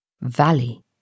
Valley